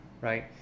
right